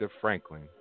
Franklin